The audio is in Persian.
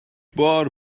بار